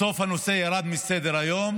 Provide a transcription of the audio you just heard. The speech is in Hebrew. בסוף הנושא ירד מסדר-היום